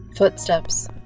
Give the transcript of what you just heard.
Footsteps